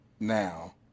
now